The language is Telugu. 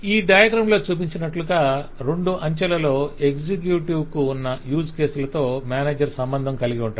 ఈ డయాగ్రంలో చూపించినట్లుగా రెండు అంచెలలో ఎగ్జిక్యూటివ్ కు ఉన్న యూస్ కేసులతో మేనేజర్ సంబంధం కలిగి ఉంటాడు